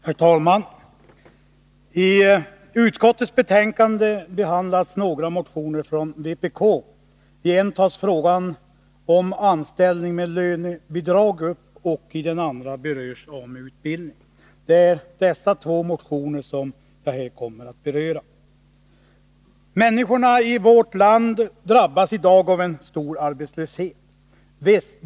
Herr talman! I utskottets betänkande behandlas några motioner av vpk. I en tas frågan om anställning med lönebidrag upp, och i en annan berörs AMU-utbildning. Det är dessa två motioner som jag här kommer att beröra. Människorna i vårt land drabbas i dag av en stor arbetslöshet.